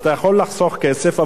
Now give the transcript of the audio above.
אז אתה יכול לחסוך כסף,